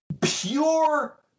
pure